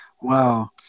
wow